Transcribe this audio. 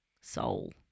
soul